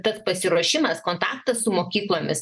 tas pasiruošimas kontaktas su mokyklomis